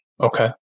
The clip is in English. Okay